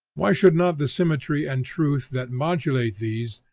why should not the symmetry and truth that modulate these,